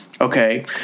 Okay